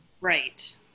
Right